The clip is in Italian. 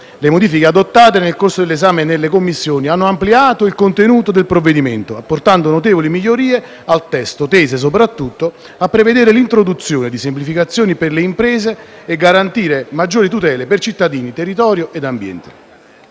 Le modifiche adottate nel corso dell'esame nelle Commissioni hanno ampliato il contenuto del provvedimento, apportando notevoli migliorie al testo, tese soprattutto a prevedere l'introduzione di semplificazioni per le imprese e garantire maggiori tutele per cittadini, territorio e ambiente.